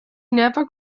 never